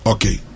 Okay